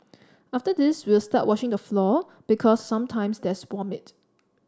after this we will start washing the floor because sometimes there's vomit